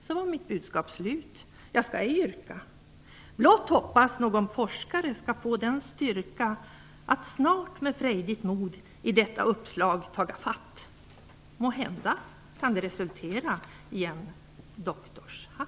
Så var mitt budskap slut, jag skall ej yrka blott hoppas någon forskare skall få den styrka att snart med frejdigt mod i detta uppslag taga fatt måhända kan det resultera i en - doktorshatt. Tack!